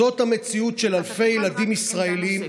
זאת המציאות של אלפי ילדים ישראלים,